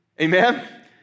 Amen